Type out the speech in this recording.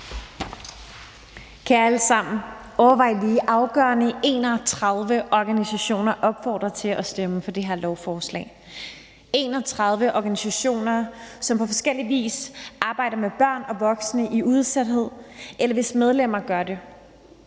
Kære alle sammen. Overvej lige det her: Afgørende 31 organisationer opfordrer til at stemme for det her forslag – 31 organisationer, som på forskellig vis arbejder med børn og voksne i udsathed, eller hvis medlemmer gør det.